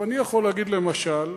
אני יכול להגיד, למשל,